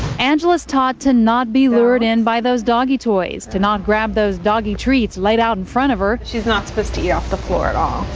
angela's taught to not be lured in by those doggy toys, to not grab those doggy treats laid out in front of her. she's not supposed to eat off the floor at all.